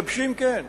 משבשים, כן,